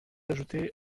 ajouter